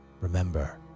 Remember